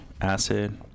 Acid